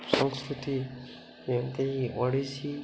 ସଂସ୍କୃତି ଯେମିତି ଓଡ଼ିଶୀ